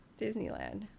Disneyland